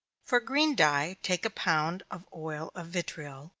for green dye, take a pound of oil of vitriol,